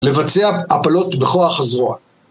לבצע הפלות בכוח הזרוע